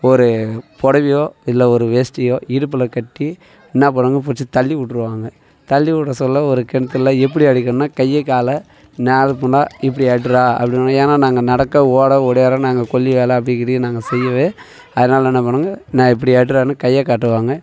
ஒரு புடவையோ இல்லை ஒரு வேஷ்டியோ இடுப்பில் கட்டி என்ன பண்ணுவாங்க பிடிச்சி தள்ளி விட்ருவாங்க தள்ளி விட சொல்ல ஒரு கிணத்துல எப்படி அடிக்கணுன்னால் கையை காலை நார்மலாக இப்படி அடிறா அப்படினுவாங்க ஏன்னா நாங்கள் நடக்க ஓட ஒடியார நாங்கள் கொள்ளி வேலை அப்படி கிப்படி நாங்கள் செய்யவே அதனால் என்ன பண்ணுவாங்கள் நான் இப்படி அடிறான்னு கையை காட்டுவாங்கள்